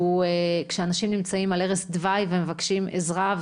כשאנשים נמצאים על ערש דווי ומבקשים עזרה,